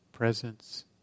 Presence